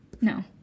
No